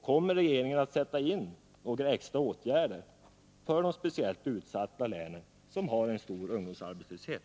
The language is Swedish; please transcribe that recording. Kommer regeringen att sätta in några extra åtgärder för de speciellt utsatta län som har en stor ungdomsarbetslöshet?